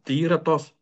tai yra tos